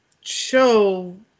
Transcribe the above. show